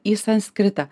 į sanskritą